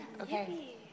Okay